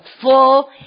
full